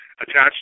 attached